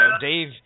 dave